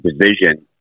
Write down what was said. division